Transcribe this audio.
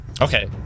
Okay